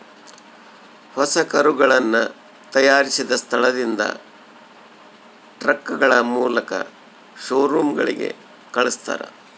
ಹೊಸ ಕರುಗಳನ್ನ ತಯಾರಿಸಿದ ಸ್ಥಳದಿಂದ ಟ್ರಕ್ಗಳ ಮೂಲಕ ಶೋರೂಮ್ ಗಳಿಗೆ ಕಲ್ಸ್ತರ